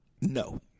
No